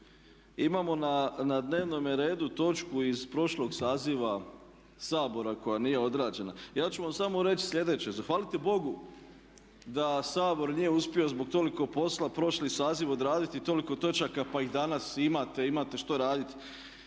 imamo na dnevnom redu točku iz prošloga saziva Sabora koja nije odrađena. Ja ću vam samo reći sljedeće, zahvalite Bogu da Sabor nije uspio zbog toliko posla prošli saziv odraditi toliko točaka pa ih danas imate, imate što raditi.